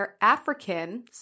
African